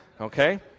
okay